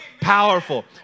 powerful